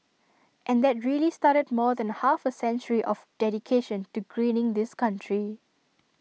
and that really started more than half A century of dedication to greening this country